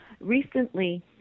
Recently